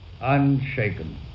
unshaken